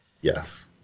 Yes